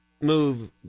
move